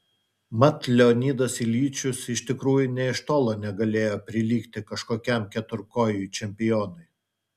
mat leonidas iljičius iš tikrųjų nė iš tolo negalėjo prilygti kažkokiam keturkojui čempionui